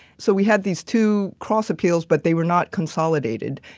so, we had these two cross appeals, but they were not consolidated.